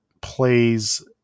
plays